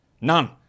None